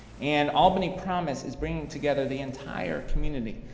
and albany promise is bringing together the entire community,